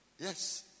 Yes